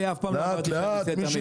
אני אף פעם לא אמרתי שאני שה תמים.